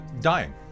dying